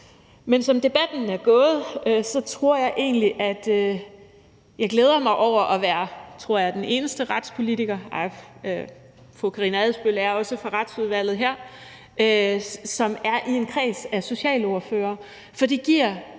Men som debatten er gået, tror jeg egentlig, at jeg glæder mig over at være den eneste retspolitiker, tror jeg, nej – fru Karina Adsbøl fra Retsudvalget er her også – som er i en kreds af socialordførere,